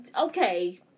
okay